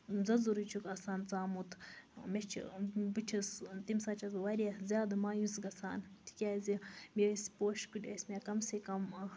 زَزُر ہیٚو چھُکھ آسان ژَامُت مےٚ چھُ بہٕ چھَس تَمہِ ساتہٕ چھَس بہٕ واریاہ زیادٕ مایوٗس گژھان تِکیازِ مےٚ ٲسۍ پوشہٕ کُلۍ ٲسۍ مےٚ کَم سے کم